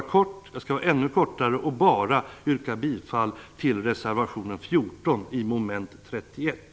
Jag skall försöka att fatta mig ännu kortare och bara yrka bifall till reservation 14 vid mom. 31.